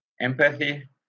empathy